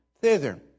thither